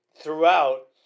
throughout